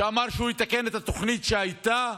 שאמר שהוא יתקן את התוכנית שהייתה,